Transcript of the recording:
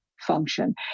function